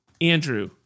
Andrew